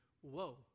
whoa